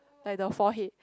like the forehead